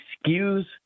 excuse